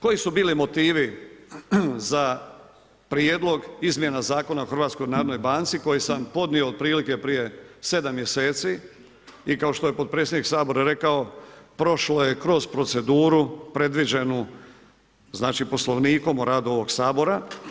Koji su bili motivi za Prijedlog izmjena Zakona o HNB-u koji sam podnio otprilike prije sedam mjeseci i kao što je potpredsjednik Sabora rekao, prošao je kroz proceduru predviđenu Poslovnikom o radu ovog Sabora.